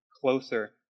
closer